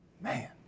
Man